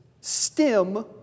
stem